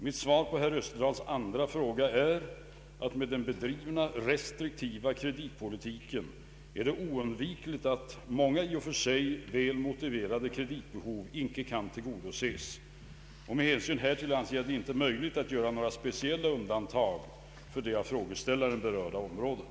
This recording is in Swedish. Mitt svar på herr Österdahls andra fråga är att med den bedrivna, restriktiva kreditpolitiken är det oundvikligt att många i och för sig väl motiverade kreditbehov inte kan tillgodoses. Med hänsyn härtill anser jag det inte möjligt att göra några speciella undantag för det av frågeställaren berörda området.